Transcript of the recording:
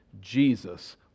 Jesus